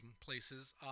places